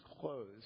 closed